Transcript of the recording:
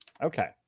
Okay